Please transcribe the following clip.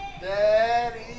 Daddy